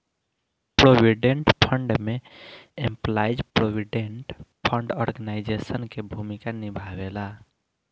provident fund में employees provident fund organisation के भूमिका निभावेला